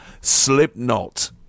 Slipknot